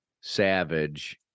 savage